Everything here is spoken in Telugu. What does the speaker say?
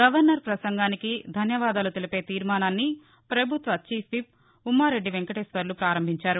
గవర్నర్ ప్రసంగానికి ధన్యవాదాలు తెలిపే తీర్మానాన్ని ప్రభుత్వ చీఫ్ విప్ ఉమ్మారెద్ది వెంకటేశ్వర్లు ప్రారంభించారు